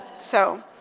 so,